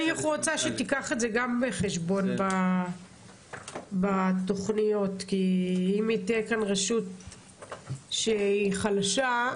אני רוצה שתיקח גם את זה בחשבון בתוכניות איך לסייע לרשות שהיא חלשה.